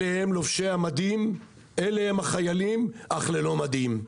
אלה הם לובשי המדים, אלה הם החיילים אך ללא מדים.